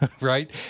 right